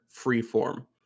freeform